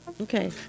Okay